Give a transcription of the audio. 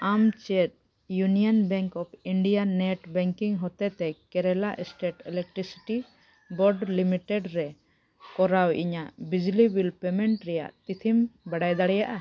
ᱟᱢ ᱪᱮᱫ union bank of India net banking ᱦᱚᱛᱮᱛᱮ Kerala state electricity board limited ᱨᱮ ᱠᱚᱨᱟᱣ ᱤᱧᱟᱜ ᱵᱤᱡᱽᱞᱤ ᱵᱤᱞ ᱯᱮᱹᱢᱮᱴ ᱨᱮᱭᱟᱜ ᱛᱤᱛᱷᱤᱢ ᱵᱟᱰᱟᱭ ᱫᱟᱲᱮᱭᱟᱜᱼᱟ